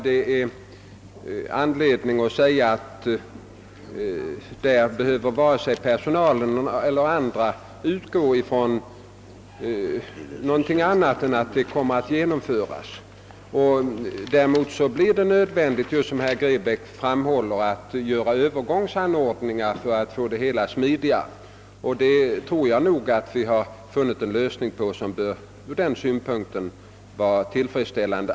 Jag tror att varken personalen eller andra behöver räkna med annat än att omorganisationen kommer att genomföras. Däremot blir det nödvändigt att, som också herr Grebäck framhöll, vidta övergångsanordningar för att få det hela att fungera smidigt, och jag tror att vi har funnit en lösning som är tillfredsställande med tanke härpå.